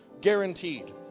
Guaranteed